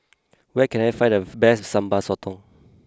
where can I find the best Sambal Sotong